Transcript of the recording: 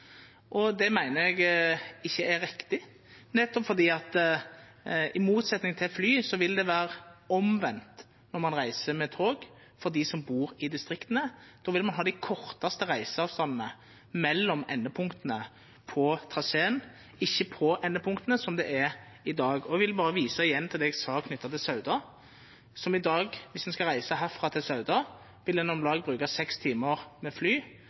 Det meiner eg ikkje er riktig, nettopp fordi det samanlikna med fly vil vera omvendt når ein reiser med tog for dei som bur i distrikta. Då vil me ha dei kortaste reiseavstandane mellom endepunkta på traseen, ikkje på endepunkta, som det er i dag. Eg vil berre igjen visa til det eg sa knytt til Sauda. Dersom ein skal reise herifrå til Sauda, vil ein bruka om lag seks timar med fly,